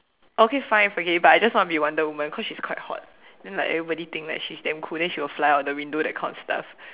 okay fine forget it but I just want to be wonder woman cause she's quite hot then like everybody think that she's damn cool then she will fly out of the window that kind of stuff